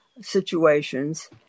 situations